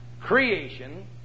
creation